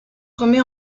remet